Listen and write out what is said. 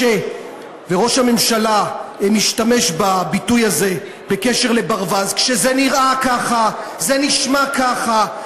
וראש הממשלה משתמש בביטוי הזה בקשר לברווז: כשזה נראה ככה וזה נשמע ככה,